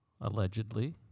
allegedly